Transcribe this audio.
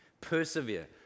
Persevere